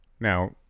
Now